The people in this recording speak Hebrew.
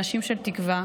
אנשים של תקווה,